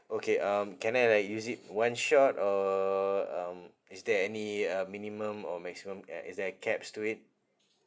okay um can I like use it one shot or um is there any uh minimum or maximum uh is there a caps to it